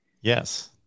Yes